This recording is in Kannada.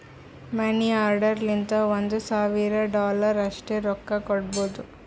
ಮನಿ ಆರ್ಡರ್ ಲಿಂತ ಒಂದ್ ಸಾವಿರ ಡಾಲರ್ ಅಷ್ಟೇ ರೊಕ್ಕಾ ಕೊಡ್ಬೋದ